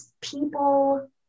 people